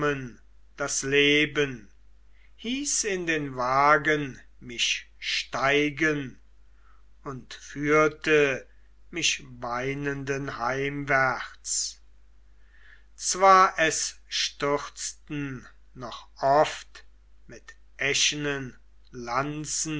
das leben hieß in den wagen mich steigen und führte mich weinenden heimwärts zwar es stürzten noch oft mit eschenen lanzen